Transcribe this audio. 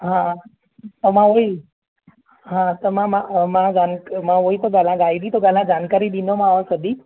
हा त मां उहो ई हा त मां मां उहो ई गाइद ई थो ॻाल्हायां जानकारी ॾींदो मांव सॼी